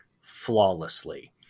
flawlessly